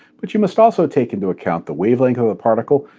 but you must also take into account the wavelength of the particle,